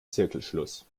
zirkelschluss